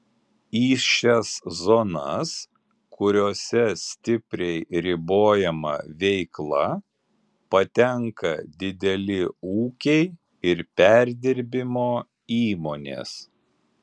į šias zonas kuriose stipriai ribojama veikla patenka dideli ūkiai ir perdirbimo įmonės